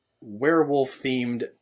werewolf-themed